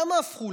למה הפכו?